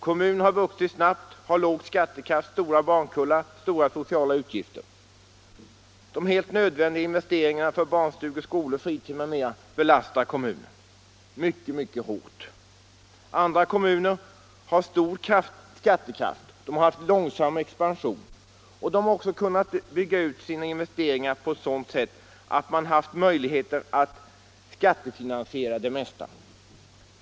Kommunen har expanderat snabbt, har låg skattekraft, stora barnkullar och stora sociala utgifter. De helt nödvändiga investeringarna för barnstugor, skolor, fritidshem m.m. belastar kommunen mycket hårt. Andra kommuner har stor skattekraft och de har haft en långsam expansion. De har också kunnat bygga ut sina investeringar på ett sådant sätt att de har haft möjligheter att skattefinansiera det mesta.